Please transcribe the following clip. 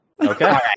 Okay